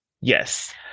Yes